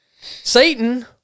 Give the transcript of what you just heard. Satan